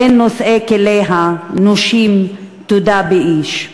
אין נושאי כליה / נושים תודה באיש.